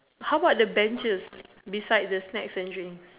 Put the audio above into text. how about the benches besides the snacks and drink